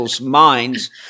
minds